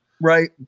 right